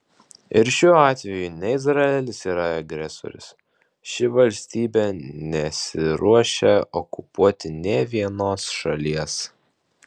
ir šiuo atveju ne izraelis yra agresorius ši valstybė nesiruošia okupuoti nė vienos šalies